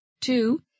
Two